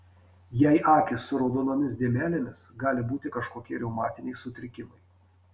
jei akys su raudonomis dėmelėmis gali būti kažkokie reumatiniai sutrikimai